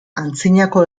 antzinako